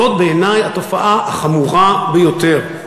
זאת התופעה החמורה ביותר.